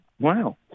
Wow